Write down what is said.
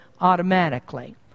automatically